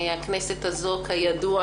הכנסת הזו, כידוע